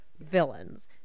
villains